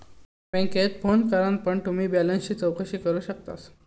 बॅन्केत फोन करान पण तुम्ही बॅलेंसची चौकशी करू शकतास